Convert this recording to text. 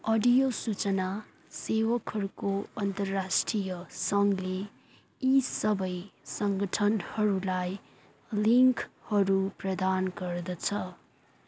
audio सूचना सेवकहरूको अन्तर्राष्ट्रिय सङ्घले यी सबै सङ्गठनहरूलाई लिङ्कहरू प्रदान गर्दछ